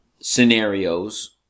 scenarios